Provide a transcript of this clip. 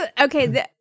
Okay